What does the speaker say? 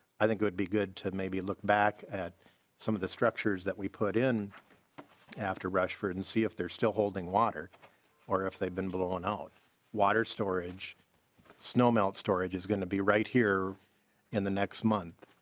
i think would be good to maybe look back at some of the structures that we put in after rushford and see if they're still holding water or if they've been blown out water storage snowmelt storage is going to be right here in the next month.